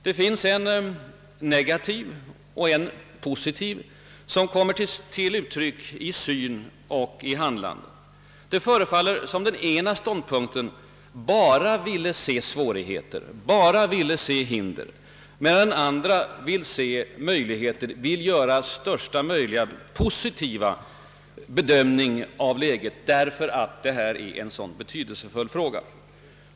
Det finns en negativ och en positiv utgångspunkt som kommer till uttryck i syn och handlande. Det förefaller som om en del bara vill se svårigheter och hinder medan andra vill se möjligheter, vill göra största möjliga positiva bedömning av läget.